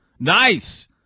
nice